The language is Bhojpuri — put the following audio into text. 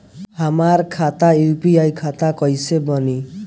हमार खाता यू.पी.आई खाता कईसे बनी?